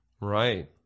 Right